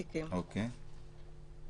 מתוכם